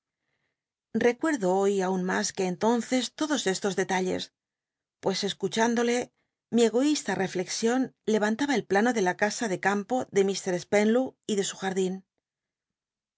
recuerdo hoy aun mas que entonces todos estos detalles pues escuchündolc mi egoísta refiexion le antaba el plano de la casa de c mpo de lir spenlow y de su